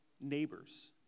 neighbors